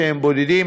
שהם בודדים,